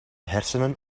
hersenen